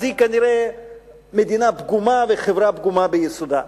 היא כנראה מדינה פגומה וחברה פגומה ביסודה.